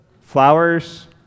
flowers